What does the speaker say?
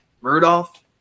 Rudolph